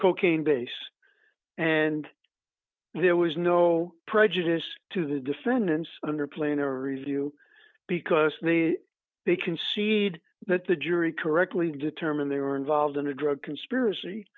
cocaine base and there was no prejudice to the defendants under plainer review because they concede that the jury correctly determined they were involved in a drug conspiracy